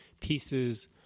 pieces